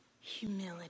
humility